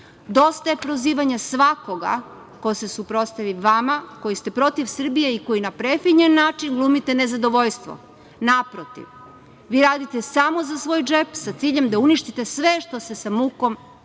Dosta je prozivanja svakoga ko se suprotstavi vama koji ste protiv Srbije i na prefinjen način glumite nezadovoljstvo. Naprotiv, vi radite samo za svoj džep, sa ciljem da uništite sve što se sa mukom